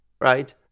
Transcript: right